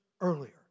earlier